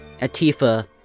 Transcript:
Atifa